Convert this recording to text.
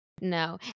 no